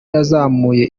yazamuye